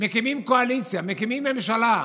ומקימה קואליציה, מקימה ממשלה,